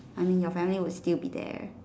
I mean your family would still be there